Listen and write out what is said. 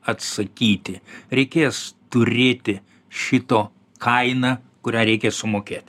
atsakyti reikės turėti šito kainą kurią reikia sumokėt